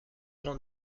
grand